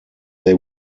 they